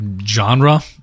genre